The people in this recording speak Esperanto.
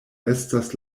estas